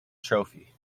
trophy